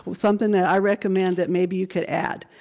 something that i recommend that maybe you could add.